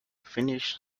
finnish